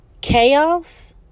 chaos